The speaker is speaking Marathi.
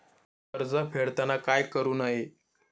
कर्ज फेडताना काय करु नये?